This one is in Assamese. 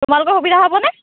তোমালোকৰ সুবিধা হ'ব নে